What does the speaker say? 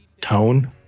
tone